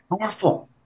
powerful